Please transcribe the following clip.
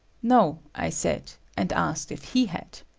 no, i said, and asked if he had.